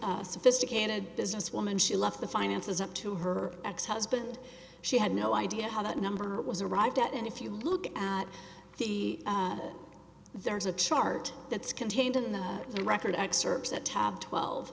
certain sophisticated business woman she left the finances up to her ex husband she had no idea how that number was arrived at and if you look at the there's a chart that's contained in the record excerpts at tab twelve